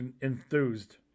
enthused